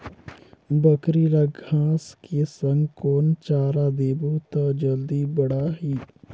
बकरी ल घांस के संग कौन चारा देबो त जल्दी बढाही?